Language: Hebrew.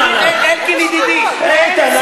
אלקין ידידי איתן,